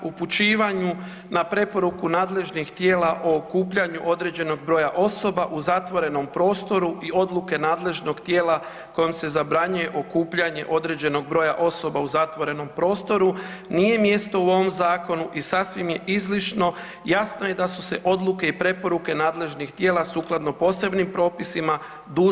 Upućivanju na preporuku nadležnih tijela o okupljanju određenog broja osoba u zatvorenom prostoru i odluke nadležnog tijela kojom se zabranjuje okupljanje određenog broja osoba u zatvorenom prostoru nije mjesto u ovom zakonu i sasvim je izlišno, jasno je da su se odluke i preporuke nadležnih tijela sukladno posebnim propisima dužni svi pridržavati.